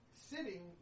sitting